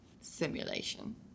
simulation